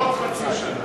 לפחות חצי שנה.